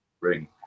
ring